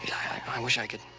i but i wish i could.